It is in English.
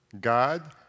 God